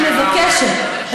אני מבקשת,